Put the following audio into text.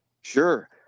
Sure